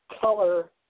color